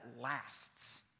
lasts